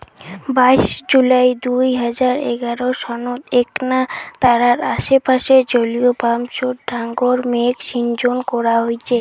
বাইশ জুলাই দুই হাজার এগারো সনত এ্যাকনা তারার আশেপাশে জলীয়বাষ্পর ডাঙর মেঘ শিজ্জন করা হইচে